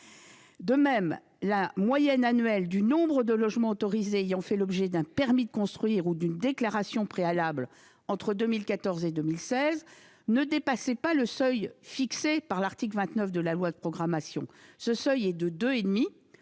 De même, la moyenne annuelle du nombre de logements autorisés ayant fait l'objet d'un permis de construire ou d'une déclaration préalable entre 2014 et 2016 ne dépassait pas le seuil fixé par l'article 29 de la loi de programmation. Ce seuil est de 2,5